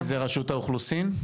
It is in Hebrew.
זה רשות האוכלוסין?